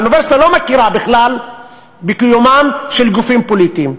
האוניברסיטה לא מכירה בכלל בקיומם של גופים פוליטיים.